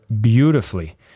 beautifully